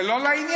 זה לא לעניין.